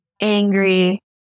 angry